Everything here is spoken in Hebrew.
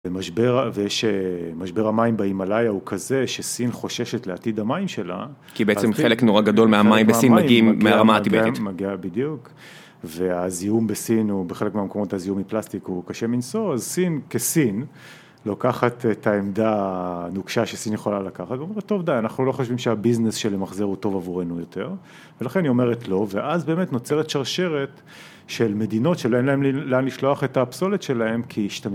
ושמשבר המים בהימאליה הוא כזה שסין חוששת לעתיד המים שלה כי בעצם חלק נורא גדול מהמים בסין מגיעים מהרמה הטיבאנית מגיע בדיוק והזיהום בסין הוא, בחלק מהמקומות הזיהום מפלסטיק הוא קשה מנשוא אז סין כסין לוקחת את העמדה הנוקשה שסין יכולה לקחת והיא אומרת טוב די אנחנו לא חושבים שהביזנס של למחזר הוא טוב עבורנו יותר ולכן היא אומרת לא ואז באמת נוצרת שרשרת של מדינות שאין להן לשלוח את הפסולת שלהן כי...